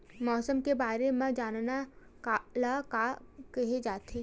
मौसम के बारे म जानना ल का कहे जाथे?